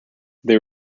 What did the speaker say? they